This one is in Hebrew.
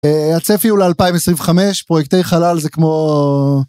הצפי הוא לשנת 2025, פרויקטי חלל זה כמו.